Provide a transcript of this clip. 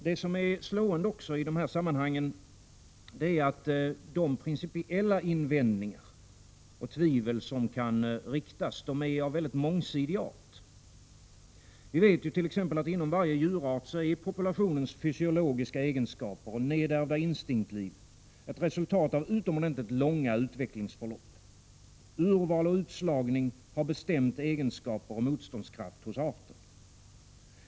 Det som är slående i de här sammanhangen är att de principiella invändningar och tvivel som kan riktas är av mångsidig art. Vi vet t.ex. att inom varje djurart är populationens fysiologiska egenskaper och nedärvda instinktsliv ett resultat av utomordentligt långa utvecklingsförlopp. Urval och utslagning har bestämt egenskaper och motståndskraft hos arten.